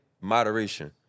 moderation